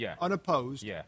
unopposed